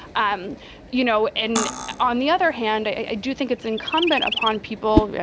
um you know, and on the other hand, i do think it's incumbent upon people, yeah